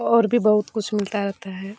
और भी बहुत कुछ मिलता रहता है